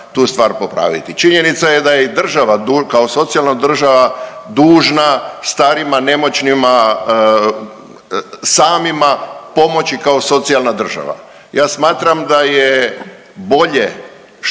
Činjenica je da je i država kao socijalna država dužna starima, nemoćnima, samima pomoći kao socijalna država. Ja smatram da je bolje što